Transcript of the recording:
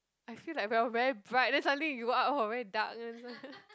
I feel like we are very bright then suddenly you go out oh very dark then is like